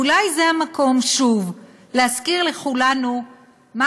אולי זה המקום שוב להזכיר לכולנו מה